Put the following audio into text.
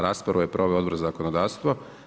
Raspravu je proveo Odbor za zakonodavstvo.